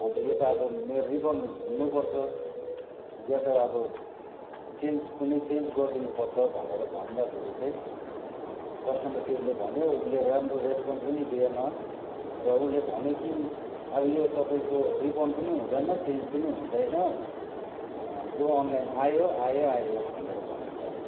अन्त यो त अब मेरो रिफन्ड हुनुपर्छ या त अब चेन्ज पनि चेन्ज गरिदिनु पर्छ भनेर भन्दाखेरि चाहिँ कस्टमर केयरले भन्यो उसले राम्रो रेस्पोन्स पनि दिएन र उसले भन्यो कि अब यो तपाईँको रिफन्ड पनि हुँदैन चेन्ज पनि हुँदैन जो अनलाइन आयो आयो आयो भनेर भन्नु थाल्यो